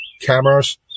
cameras